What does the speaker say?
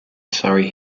surrey